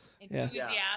Enthusiastic